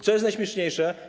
Co jest najśmieszniejsze?